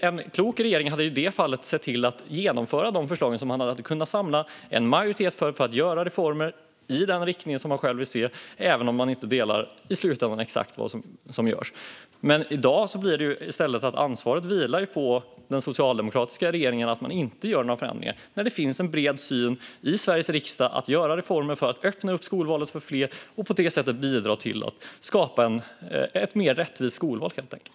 En klok regering hade i detta fall sett till att genomföra de förslag som man hade kunnat samla en majoritet för. Då hade man kunnat göra reformer i den riktning som man hade velat se, även om man i slutändan inte skulle dela exakt det som görs. I dag blir det i stället så att ansvaret för att man inte gör några förändringar vilar på den socialdemokratiska regeringen. Det finns en bred samsyn i Sveriges riksdag när det gäller att göra reformer för att öppna skolvalet för fler och på det sättet bidra till att skapa ett mer rättvist skolval, helt enkelt.